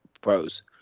pros